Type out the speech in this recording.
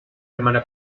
hermana